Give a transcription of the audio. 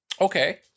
Okay